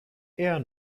eher